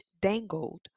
dangled